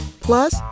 Plus